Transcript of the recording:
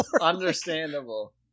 Understandable